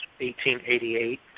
1888